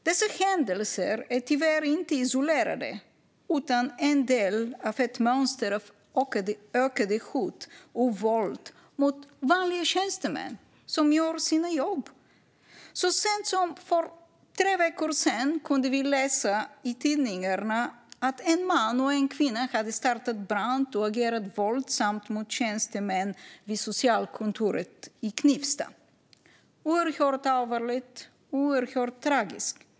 Dessa händelser är tyvärr inte isolerade utan en del av ett mönster och av ökningen av hot och våld mot vanliga tjänstemän som gör sina jobb. Så sent som för tre veckor sedan kunde vi läsa i tidningarna att en man och en kvinna hade startat en brand och agerat våldsamt mot tjänstemän vid socialkontoret i Knivsta. Detta är oerhört allvarligt och tragiskt.